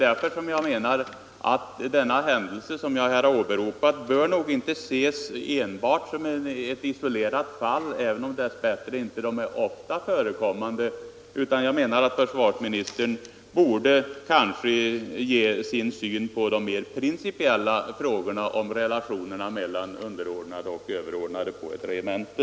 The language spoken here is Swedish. Därför menar jag att den händelse som jag åberopat nog inte bör ses enbart som ett isolerat fall, även om dess bättre sådana händelser inte är ofta förekommande. Försvarsministern borde enligt min mening ge sin syn på de principiella frågorna om relationerna mellan underordnade och överordnade på ett regemente.